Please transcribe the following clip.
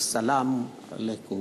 ויהי שלום עליכם).